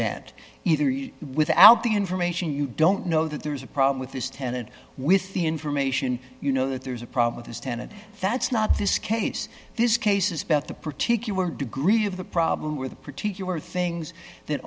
event either without the information you don't know that there is a problem with this tenet with the information you know that there is a problem with this tenet that's not this case this case is about the particular degree of the problem with a particular things that